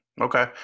Okay